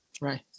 Right